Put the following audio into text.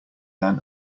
than